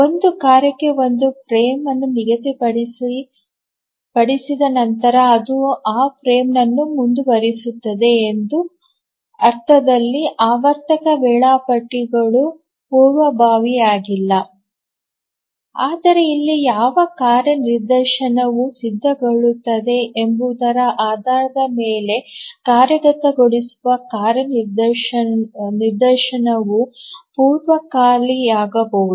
ಒಂದು ಕಾರ್ಯಕ್ಕೆ ಒಂದು ಫ್ರೇಮ್ ಅನ್ನು ನಿಗದಿಪಡಿಸಿದ ನಂತರ ಅದು ಆ ಫ್ರೇಮ್ನಲ್ಲಿ ಮುಂದುವರಿಯುತ್ತದೆ ಎಂಬ ಅರ್ಥದಲ್ಲಿ ಆವರ್ತಕ ವೇಳಾಪಟ್ಟಿ ಗಳು ಪೂರ್ವಭಾವಿಯಾಗಿಲ್ಲ ಆದರೆ ಇಲ್ಲಿ ಯಾವ ಕಾರ್ಯ ನಿದರ್ಶನವು ಸಿದ್ಧಗೊಳ್ಳುತ್ತದೆ ಎಂಬುದರ ಆಧಾರದ ಮೇಲೆ ಕಾರ್ಯಗತಗೊಳಿಸುವ ಕಾರ್ಯ ನಿದರ್ಶನವು ಪೂರ್ವ ಖಾಲಿಯಾಗಬಹುದು